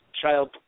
child